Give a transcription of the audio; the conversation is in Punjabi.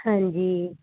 ਹਾਂਜੀ